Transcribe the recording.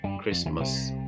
Christmas